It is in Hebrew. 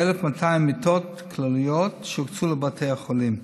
1,200 מיטות כלליות שהוקצו לבתי החולים.